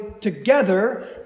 together